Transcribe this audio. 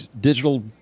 Digital